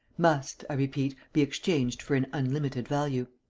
must, i repeat, be exchanged for an unlimited value.